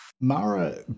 mara